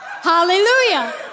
hallelujah